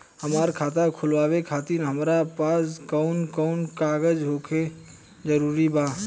हमार खाता खोलवावे खातिर हमरा पास कऊन कऊन कागज होखल जरूरी बा?